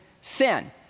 sin